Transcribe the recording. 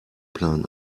plan